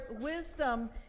wisdom